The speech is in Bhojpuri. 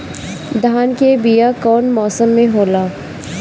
धान के बीया कौन मौसम में होला?